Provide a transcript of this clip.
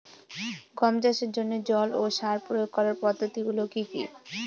গম চাষের জন্যে জল ও সার প্রয়োগ করার পদ্ধতি গুলো কি কী?